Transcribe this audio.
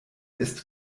ist